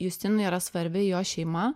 justinui yra svarbi jo šeima